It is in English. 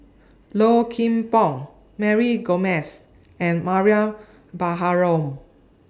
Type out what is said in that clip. Low Kim Pong Mary Gomes and Mariam Baharom